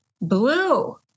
blue